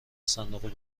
صندوق